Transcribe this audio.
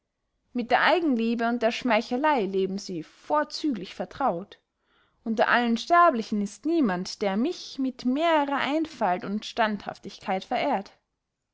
mit der eigenliebe und der schmeicheley leben sie vorzüglich vertraut unter allen sterblichen ist niemand der mich mit mehrerer einfalt und standhaftigkeit verehrt